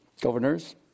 governors